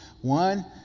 One